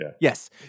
Yes